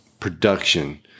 production